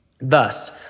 Thus